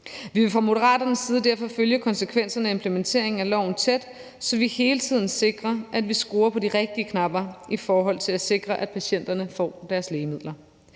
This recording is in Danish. Vi vil fra Moderaternes side derfor følge konsekvenserne af implementeringen af loven tæt, så vi hele tiden sikrer, at vi skruer på de rigtige knapper i forhold til at sikre, at patienterne får deres lægemidler.